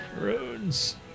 Runes